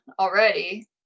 already